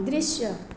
दृश्य